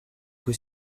cui